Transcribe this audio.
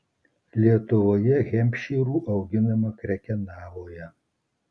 lietuvoje hempšyrų auginama krekenavoje